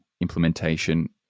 implementation